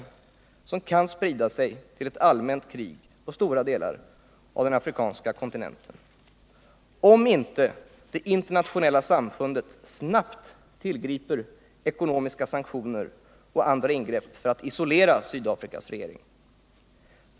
Detta krig kan sprida sig till ett allmänt krig i stora delar av den afrikanska kontinenten, om inte det internationella samfundet snabbt tillgriper ekonomiska sanktioner och gör andra ingrepp för att isolera Sydafrikas regering.